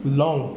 long